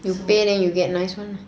you pay then you get nice one lah